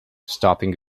stopping